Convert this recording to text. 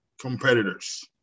competitors